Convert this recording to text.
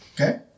Okay